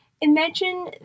Imagine